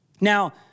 Now